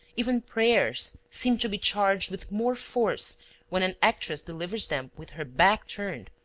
even prayers, seem to be charged with more force when an actress delivers them with her back turned,